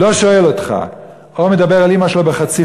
לא שואל אותך, או מדבר אל אימא שלו בחציפות,